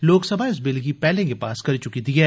लोकसभा इस बिल गी पैहले गै पास करी च्की दी ऐ